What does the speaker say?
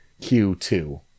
Q2